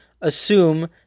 assume